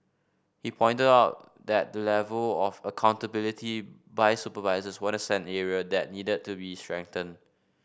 he pointed out that the level of accountability by supervisors what a send area that needed to be strengthened